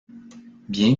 bien